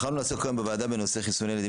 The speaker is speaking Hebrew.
בחרנו לעסוק בוועדה בנושא חיסוני ילדים